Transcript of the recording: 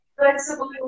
Flexible